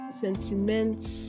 sentiments